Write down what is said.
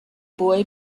boy